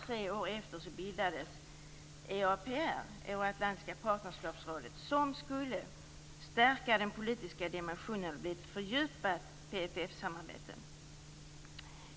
Tre år efteråt bildades EAPR, Euroatlantiska partnerskapsrådet, som skulle stärka den politiska dimensionen och bli ett fördjupat PFF samarbete.